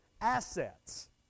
assets